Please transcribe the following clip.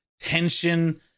tension